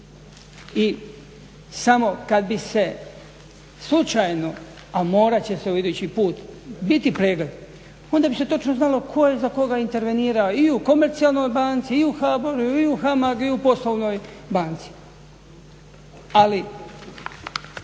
I samo kada bi se slučajno, a morat će se idući put, biti pregled onda bi se točno znalo tko je za koga intervenirao i u komercijalnoj banci i u HBOR-u i u HAMAG-u i u poslovnoj banci. Ali